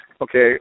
Okay